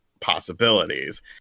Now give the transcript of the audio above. possibilities